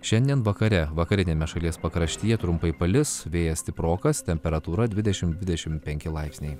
šiandien vakare vakariniame šalies pakraštyje trumpai palis vėjas stiprokas temperatūra dvidešim dvidešim penki laipsniai